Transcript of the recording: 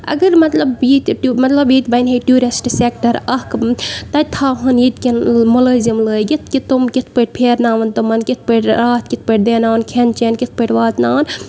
اَگر مطلب ییٚتہِ بَنہِ ہے ٹیٚوٗرِسٹ سیکٹر اکھ تَتہِ تھاوہن ییٚتہِ کٮ۪ن مُلٲزم لٲگِتھ کہِ تِمُۍ کِتھ پٲٹھۍ پھیرناون تِمَن کِتھ پٲٹھۍ اَتھ کِتھ پٲٹھۍ دیناون کھٮ۪ن چٮ۪ن کِتھ پٲٹھۍ واتناون